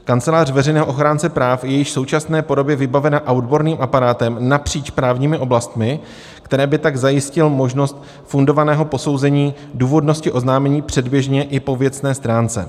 Kancelář veřejného ochránce práv je již v současné době vybavena odborným aparátem napříč právními oblastmi, který by tak zajistil možnost fundovaného posouzení důvodnosti oznámení předběžně i po věcné stránce.